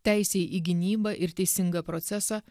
teisei į gynybą ir teisingą procesą